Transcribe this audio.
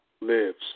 Lives